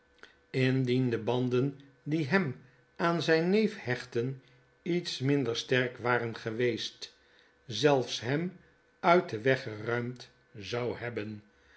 de banden die hem aan zijn neef hechtten iets minder sterk waren geweest zelfs hem uitden weg geruimd zou hebben